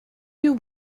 you